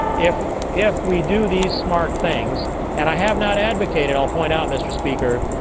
if if we do these smart things and i have not advocated, i'll point out, mr. speaker,